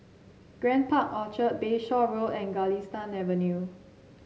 Grand Park Orchard Bayshore Road and Galistan Avenue